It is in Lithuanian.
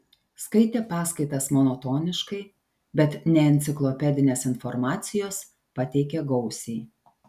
skaitė paskaitas monotoniškai bet neenciklopedinės informacijos pateikė gausiai